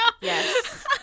yes